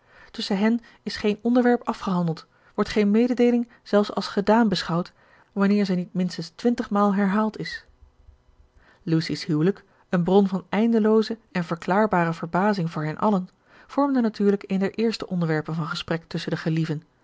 tusschen hen is geen onderwerp afgehandeld wordt geene mededeeling zelfs als gedaan beschouwd wanneer zij niet minstens twintigmaal herhaald is lucy's huwelijk een bron van eindelooze en verklaarbare verbazing voor hen allen vormde natuurlijk een der eerste onderwerpen van gesprek tusschen de gelieven